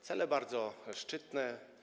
Cele bardzo szczytne.